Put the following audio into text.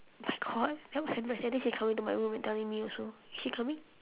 oh my god that was embarrassing I think she coming my room and telling me also is she coming